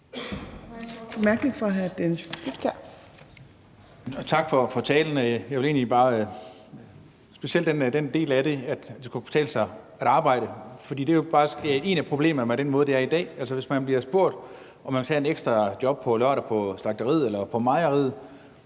Tak for talen – specielt den del af den, der handler om, at det skal kunne betale sig at arbejde. For det er jo faktisk et af problemerne ved den måde, det er på i dag. Altså, hvis man bliver spurgt, om man vil tage et ekstra job på lørdag på slagteriet eller på mejeriet,